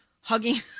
hugging